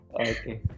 Okay